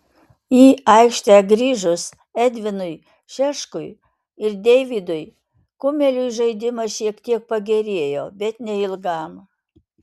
į aikštę grįžus edvinui šeškui ir deividui kumeliui žaidimas šiek tiek pagerėjo bet neilgam